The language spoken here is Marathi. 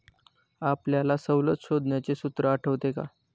आपल्याला सवलत शोधण्याचे सूत्र आठवते का?